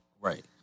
Right